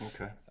Okay